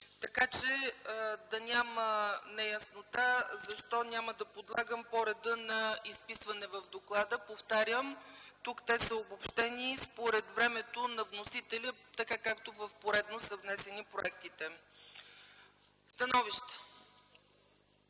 Така че да няма неяснота защо няма да подлагам по реда на изписване в доклада. Повтарям, тук те са обобщени според времето на вносителя, така както в поредност са внесени проектите. Становища?